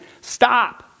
stop